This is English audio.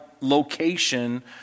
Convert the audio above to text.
location